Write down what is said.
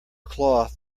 cloth